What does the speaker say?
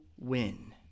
win